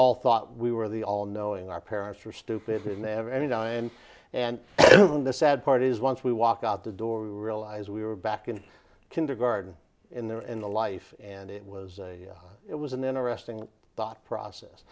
all thought we were the all knowing our parents are stupid and they have any time and the sad part is once we walk out the door we realize we were back in kindergarten in there in the life and it was a it was an interesting thought process